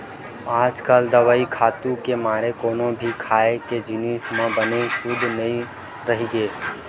आज दवई अउ खातू के मारे कोनो भी खाए के जिनिस ह बने सुद्ध नइ रहि गे